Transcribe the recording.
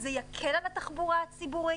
זה יקל על התחבורה הציבורית.